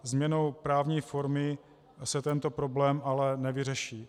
Změnou právní formy se tento problém ale nevyřeší.